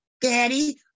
Daddy